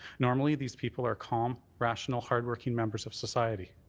normally these people are calm, rational hard-working members of society.